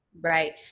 Right